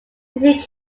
city